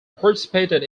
participated